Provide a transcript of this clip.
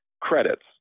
credits